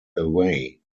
away